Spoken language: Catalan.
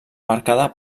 marcada